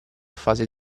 fase